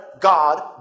God